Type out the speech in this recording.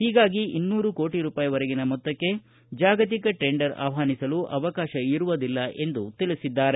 ಹೀಗಾಗಿ ಇನ್ನೂರು ಕೋಟ ರೂಪಾಯಿವರೆಗಿನ ಮೊತ್ತಕ್ಷೆ ಜಾಗತಿಕ ಟೆಂಡರ್ ಆಹ್ವಾನಿಸಲು ಅವಕಾಶ ಇರುವುದಿಲ್ಲ ಎಂದು ತಿಳಿಸಿದ್ದಾರೆ